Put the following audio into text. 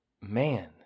man